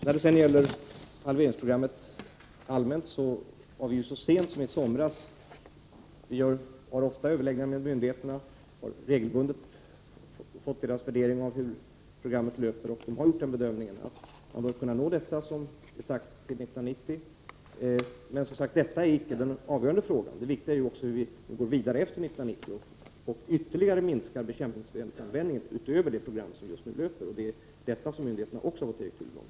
När det gäller halveringsprogrammet rent allmänt kan jag säga att vi ofta har överläggningar med myndigheterna och att vi regelbundet får deras värdering av hur programmet löper. Man har gjort bedömningen att det uppsatta målet bör kunna nås till 1990. Men detta är icke den avgörande frågan, utan det viktiga är på vilket sätt vi går vidare med detta efter 1990 samt att vi ytterligare minskar användningen av bekämpningsmedel — utöver det program som just nu löper. Också här har myndigheterna fått direktiv.